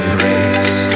grace